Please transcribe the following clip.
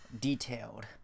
Detailed